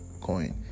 coin